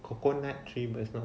coconut tree but it's not